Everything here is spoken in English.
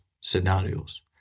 scenarios